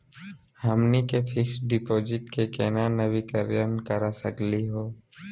हमनी के fix deposit क केना नवीनीकरण करा सकली हो?